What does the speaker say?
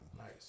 Nice